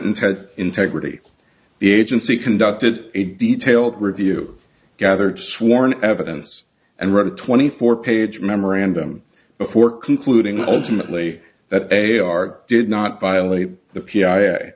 had integrity the agency conducted a detailed review gathered sworn evidence and wrote a twenty four page memorandum before concluding ultimately that they are did not violate the p